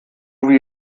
wie